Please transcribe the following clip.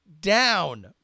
down